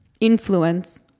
influence